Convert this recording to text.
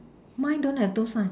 mine don't have two sign